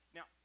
Now